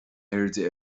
airde